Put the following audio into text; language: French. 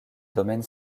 domaine